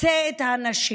מקצה את הנשים,